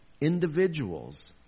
individuals